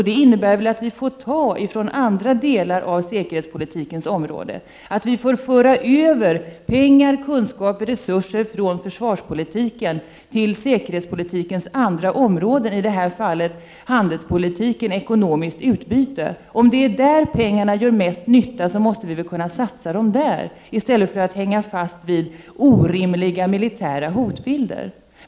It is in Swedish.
Det innebär väl att vi får ta från andra delar av säkerhetspolitikens område, att vi får föra över pengar, kunskaper och resurser från försvarspolitiken till säkerhetspolitikens andra områden, i det här fallet handelspolitiken, ekonomiskt utbyte. Om det är där som pengarna gör mest nytta, måste vi väl kunna satsa dem där i stället för att hänga fast vid orimliga militära hotbilder.